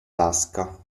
tasca